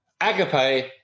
Agape